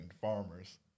farmers